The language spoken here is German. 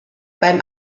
beim